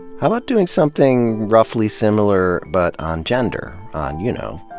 how about doing something roughly similar but on gender? on, you know,